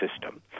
system